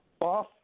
off